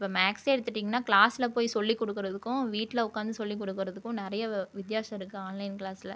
இப்போ மேக்ஸே எடுத்துட்டிங்கன்னா க்ளாஸ்ல போய் சொல்லி கொடுக்குறதுக்கும் வீட்டில உட்காந்து சொல்லி கொடுக்குறதுக்கும் நிறையா வித்தியாசம் இருக்குது ஆன்லைன் க்ளாஸ்ல